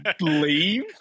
leave